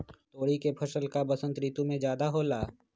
तोरी के फसल का बसंत ऋतु में ज्यादा होला?